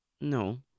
No